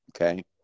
okay